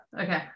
Okay